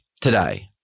today